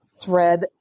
thread